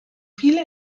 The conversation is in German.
viele